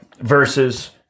versus